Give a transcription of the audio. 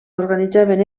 organitzaven